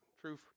true